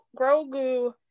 Grogu